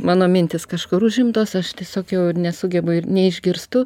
mano mintys kažkur užimtos aš tiesiog jau ir nesugebu ir neišgirstu